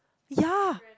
ya